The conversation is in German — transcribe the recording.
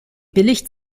billig